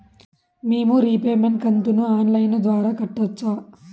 మేము రీపేమెంట్ కంతును online ద్వారా కట్టొచ్చా